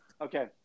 okay